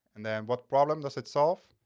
and then what problem does it solve?